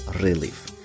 relief